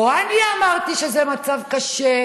לא אני אמרתי שזה מצב קשה,